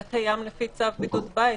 זה קיים לפי צו בידוד בית.